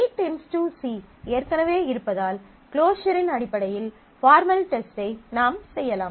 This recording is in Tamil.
B → C ஏற்கனவே இருப்பதால் க்ளோஸரின் அடிப்படையில் பார்மல் டெஸ்டை நாம் செய்யலாம்